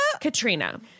Katrina